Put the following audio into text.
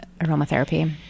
aromatherapy